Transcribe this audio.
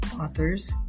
authors